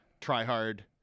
try-hard